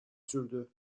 sürdü